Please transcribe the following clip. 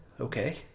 okay